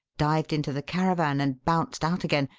dived into the caravan and bounced out again,